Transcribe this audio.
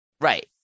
Right